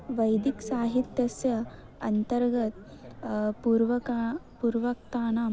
वैदिक्साहित्यस्य अन्तर्गत पूर्वका पूर्वोक्तानां